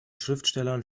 schriftstellern